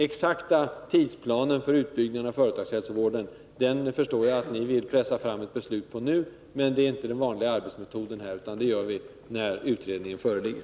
Exakta tidsplaner för utbyggnaden av företagshälsovården förstår jag att ni vill pressa fram beslut om nu, men det är inte den vanliga arbetsmetoden här, utan det beslutet fattar vi när utredningen föreligger.